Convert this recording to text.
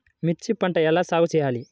మిర్చి పంట ఎలా సాగు చేయాలి?